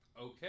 Okay